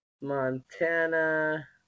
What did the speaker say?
Montana